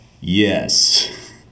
Yes